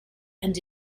and